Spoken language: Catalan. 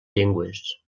llengües